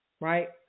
right